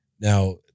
now